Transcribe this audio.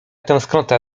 tęsknota